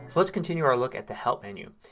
let's continue our look at the help menu.